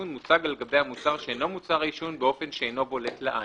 מוצג על גבי המוצר שאינו מוצר העישון באופן שאינו בולט לעין.".